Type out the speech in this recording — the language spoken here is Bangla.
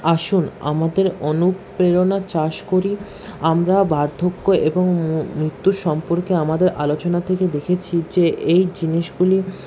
আসুন আমাদের অনুপ্রেরণা চাষ করি আমরা বার্ধক্য এবং উক্ত সম্পর্কে আমাদের আলোচনা থেকে দেখেছি যে এই জিনিসগুলিকে